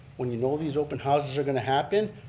when you know these open houses are going to happen,